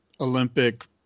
Olympic